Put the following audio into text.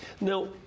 Now